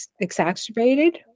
exacerbated